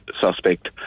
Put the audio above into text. suspect